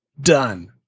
done